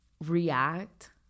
react